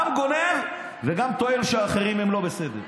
גם גונב, וגם טוען שאחרים הם לא בסדר.